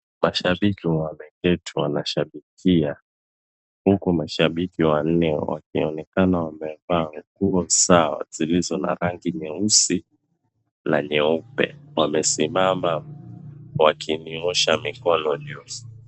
Mashabiki wameketi wanashabikia, huku mashabiki wanne wakionekana wamevaa nguo sawa zilizo na rangi nyeusi na nyeupe. Wamesimama wakinyoosha mikono nyeusi.